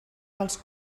dels